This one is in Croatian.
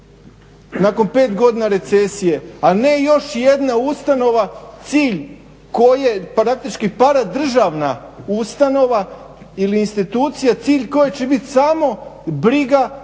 Nakon pet godina recesije a ne još jedna ustanova, cilj koje praktički paradržavna ustanova ili institucija, cilj koje će biti samo briga za